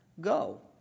go